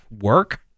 work